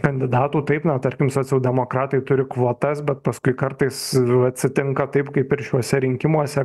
kandidatų taip na tarkim socialdemokratai turi kvotas bet paskui kartais atsitinka taip kaip ir šiuose rinkimuose